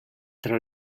tra